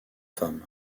femmes